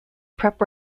prep